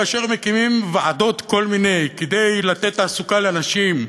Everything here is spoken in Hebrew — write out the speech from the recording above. כאשר מקימים ועדות כל-מיני כדי לתת תעסוקה לאנשים,